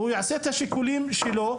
הוא יעשה את השיקולים שלו,